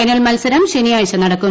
final മത്സരം ശനിയാഴ്ച നടക്കും